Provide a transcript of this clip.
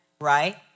right